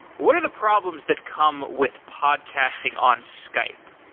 what are the problems that come with podcasting on skype?